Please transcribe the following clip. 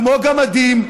כמו גמדים,